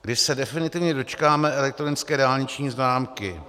Kdy se definitivně dočkáme elektronické dálniční známky?